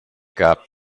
gab